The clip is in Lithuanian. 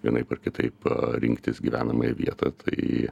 vienaip ar kitaip rinktis gyvenamąją vietą tai